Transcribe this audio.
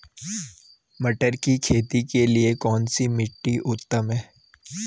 मटर की खेती के लिए कौन सी मिट्टी उत्तम है?